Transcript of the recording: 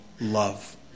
love